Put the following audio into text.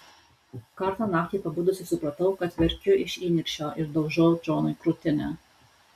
kartą naktį pabudusi supratau kad verkiu iš įniršio ir daužau džonui krūtinę